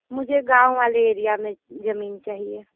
मुझे गाँव वाले एरिया में ज़मीन चाहिए